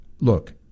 look